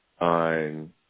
on –